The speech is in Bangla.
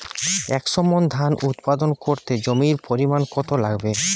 একশো মন ধান উৎপাদন করতে জমির পরিমাণ কত লাগবে?